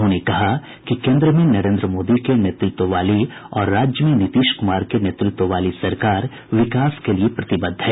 उन्होंने कहा कि केन्द्र में नरेन्द्र मोदी के नेतृत्व वाली और राज्य में नीतीश कुमार के नेतृत्व वाली सरकार विकास के लिये प्रतिबद्ध है